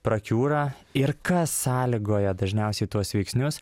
prakiūra ir kas sąlygoja dažniausiai tuos veiksnius